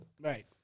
Right